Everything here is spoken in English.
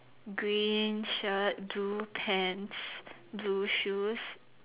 green shirt blue pants blue shoes